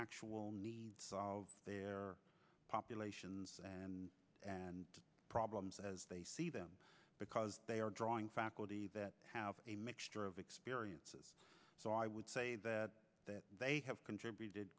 actual needs of their populations and and problems as they see them because they are drawing faculty that have a mixture of experience so i would say that they have contributed